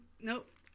nope